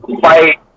fight